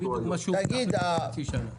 זה בדיוק מה שהוא --- לפני חצי שנה.